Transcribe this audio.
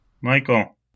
Michael